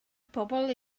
pobl